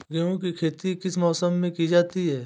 गेहूँ की खेती किस मौसम में की जाती है?